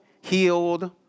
healed